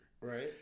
Right